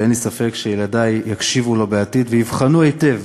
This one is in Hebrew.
אין לי ספק שילדי יקשיבו לו בעתיד ויבחנו היטב